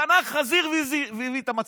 קנה חזיר והזיז את המצלמות.